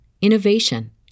innovation